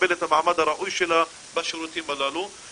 תקבל את המעמד הראוי שלה בשירותים הללו.